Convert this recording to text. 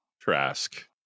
trask